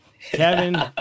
Kevin